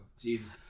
Jesus